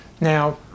Now